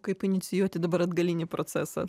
kaip inicijuoti dabar atgalinį procesą